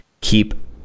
keep